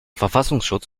verfassungsschutz